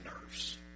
nerves